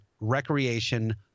Recreation